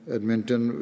Edmonton